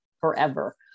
forever